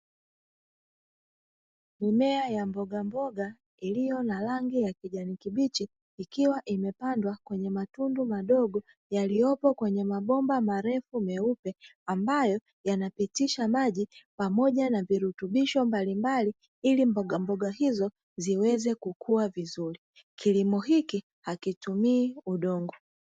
Mimea ya mboga mboga iliyo na rangi ya kijani kibichi ikiwa imepandwa kwenye matundu madogo yaliyopo kwenye mabomba marefu meupe ambayo yanapitisha maji pamoja na virutubisho mbalimbali ili mboga mboga hizo ziweze kukua vizuri kilimo hiki hakitumii udongo